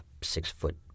six-foot